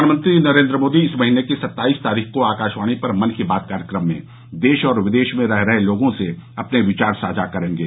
प्रधानमंत्री नरेन्द्र मोदी इस महीने की सत्ताईस तारीख को आकाशवाणी पर मन की बात कार्यक्रम में देश और विदेश में रह रहे लोगों से अपने विचार साझा करेंगे